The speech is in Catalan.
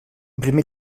primer